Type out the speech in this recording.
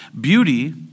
Beauty